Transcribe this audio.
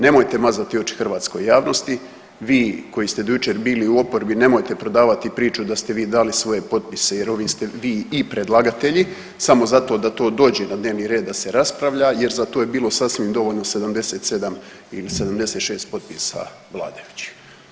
Nemojte mazati oči hrvatskoj javnosti, vi koji ste do jučer bili u oporbi nemojte prodavati priču da ste vi dali svoje potpise jer ovim ste vi i predlagatelji samo zato da to dođe na dnevni red da se raspravlja jer za to je bilo sasvim dovoljno 77 ili 76 potpisa vladajućih.